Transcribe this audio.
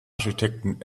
architekten